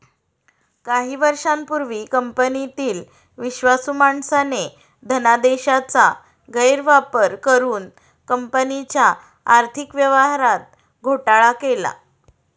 काही वर्षांपूर्वी कंपनीतील विश्वासू माणसाने धनादेशाचा गैरवापर करुन कंपनीच्या आर्थिक व्यवहारात घोटाळा केला